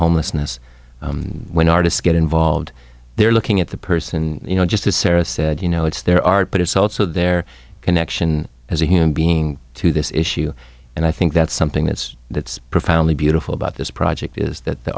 homelessness when artists get involved they're looking at the person you know just as sara said you know it's there are but it's also their connection as a human being to this issue and i think that's something that's that's profoundly beautiful about this project is that the